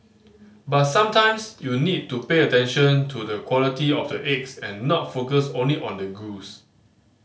but sometimes you need to pay attention to the quality of the eggs and not focus only on the goose